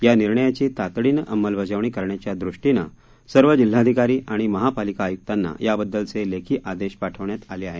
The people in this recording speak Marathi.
या निर्णयाची तातडीनं अंमलबजावणी करण्याच्या दृष्टीनं सर्व जिल्हाधिकारी आणि महापालिका आयुक्तांना याबद्दलचे लेखी आदेश पाठवण्यात आले आहेत